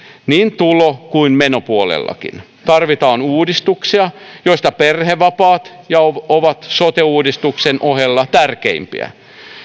niin tulo kuin menopuolellakin tarvitaan uudistuksia joista perhevapaat ovat sote uudistuksen ohella tärkeimpiä